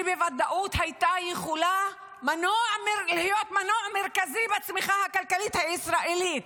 שהייתה יכולה בוודאות להיות מנוע מרכזי בצמיחה הכלכלית הישראלית,